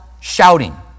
shouting